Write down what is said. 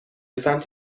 سمت